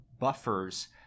buffers